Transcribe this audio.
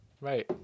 Right